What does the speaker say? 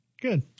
Good